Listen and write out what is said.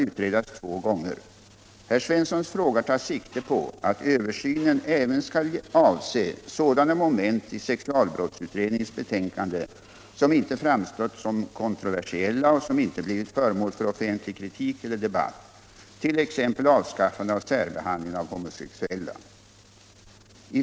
Översynen skall — såvitt framgår — även avse sådana moment i den redan färdiga utredningen som ej framstått som kontroversiella och ej blivit föremål för offentlig kritik eller debatt, t.ex. avskaffande av särbehandlingen av homosexuella.